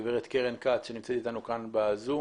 גברת קרן כץ שנמצאת איתנו כאן בזום,